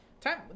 time